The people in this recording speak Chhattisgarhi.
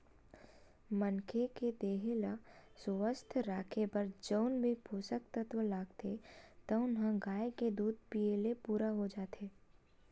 मनखे के देहे ल सुवस्थ राखे बर जउन भी पोसक तत्व लागथे तउन ह गाय के दूद पीए ले पूरा हो जाथे